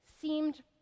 seemed